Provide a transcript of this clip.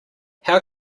how